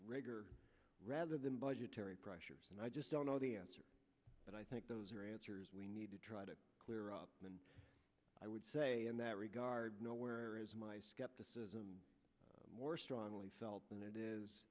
rigor rather than budgetary pressures and i just don't know the answer but i think those are answers we need to try to clear up and i would say in that regard nowhere is my skepticism more strongly felt than it